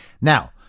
Now